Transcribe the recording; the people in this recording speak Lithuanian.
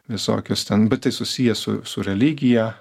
visokias ten bet tai susiję su su religija